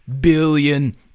billion